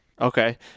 Okay